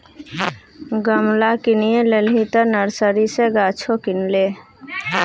गमला किनिये लेलही तँ नर्सरी सँ गाछो किन ले